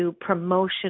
promotion